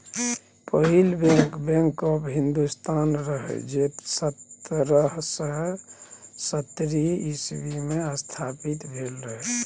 पहिल bank, bank of Hindustan रहय जे सतरह सय सत्तरि इस्बी मे स्थापित भेल रहय